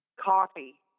Coffee